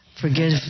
Forgive